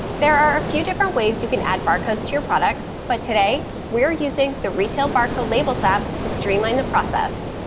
there are a few different ways you can add barcodes to your products but today we're using the retail barcode labels app to streamline the process.